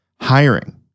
hiring